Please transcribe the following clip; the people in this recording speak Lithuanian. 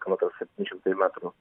kilometras septyni šimtai metrų